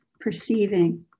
perceiving